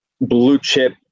blue-chip